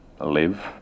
live